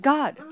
God